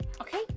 Okay